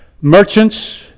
merchants